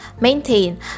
maintain